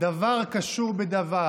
דבר קשור בדבר.